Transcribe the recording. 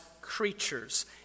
creatures